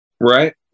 Right